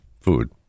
food